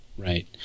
Right